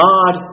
God